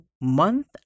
month